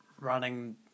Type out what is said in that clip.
running